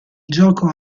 gioco